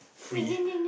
free